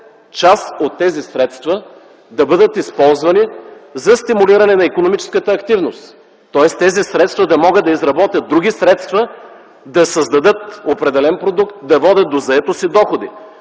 част от тези средства да бъдат използвани за стимулиране на икономическата активност, тоест тези средства да могат да изработят други средства да създадат определен продукт, да водят до заетост и доходи.